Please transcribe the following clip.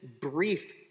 brief